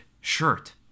shirt